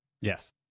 Yes